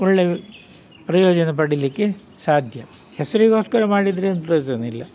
ಒಳ್ಳೆ ಪ್ರಯೋಜನ ಪಡೀಲಿಕ್ಕೆ ಸಾಧ್ಯ ಹೆಸರಿಗೋಸ್ಕರ ಮಾಡಿದರೆ ಏನು ಪ್ರಯೋಜನ ಇಲ್ಲ